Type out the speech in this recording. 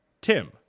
Tim